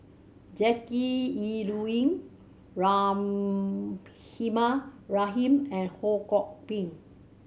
Jackie Yi Ru Ying Rahimah Rahim and Ho Kwon Ping